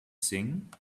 sing